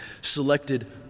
selected